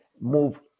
move